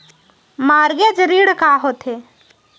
Mortgage ऋण का होथे?